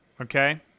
Okay